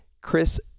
Chris